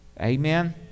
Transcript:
Amen